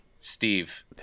Steve